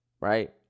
right